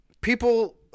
people